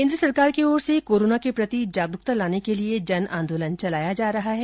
केन्द्र सरकार की ओर से कोरोना के प्रति जागरूकता लाने के लिए जन आंदोलन चलाया जा रहा है